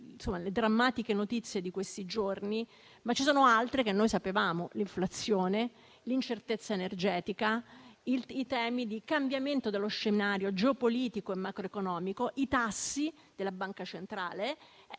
le drammatiche notizie di questi giorni, ma ce ne sono altri che noi conoscevamo: l'inflazione, l'incertezza energetica, i temi di cambiamento dello scenario geopolitico e macroeconomico, i tassi della Banca centrale